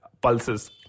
pulses